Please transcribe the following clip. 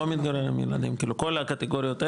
כאילו כל הקטגוריות האלה.